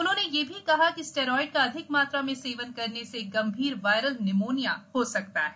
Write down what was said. उन्होंने यह भी कहा कि स्टेरॉएड का अधिक मात्रा में सेवन करने से गंभीर वायरल निमोनिया हो सकता है